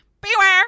Beware